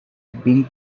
being